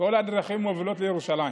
כל הדרכים מובילות לירושלים.